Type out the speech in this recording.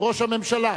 ראש הממשלה,